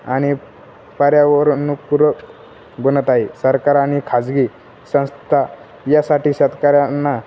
आणि पर्यावरण पूरक बनत आहे सरकार आणि खाजगी संस्था यासाठी शेतकऱ्यांना